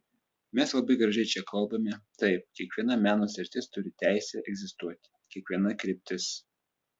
mes labai gražiai čia kalbame taip kiekviena meno sritis turi teisę egzistuoti kiekviena kryptis